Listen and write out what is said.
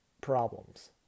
problems